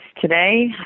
today